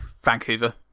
Vancouver